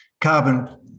carbon